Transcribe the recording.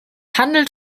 handelt